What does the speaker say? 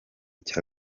cya